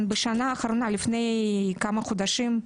בשנה האחרונה לפני כמה חודשים,